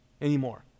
anymore